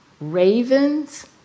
Ravens